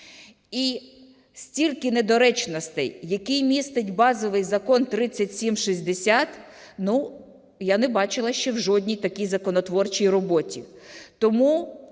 І стільки недоречностей, які містить базовий Закон 3760, я не бачила ще в жодній такій законотворчій роботі. Тому